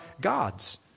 gods